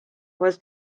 was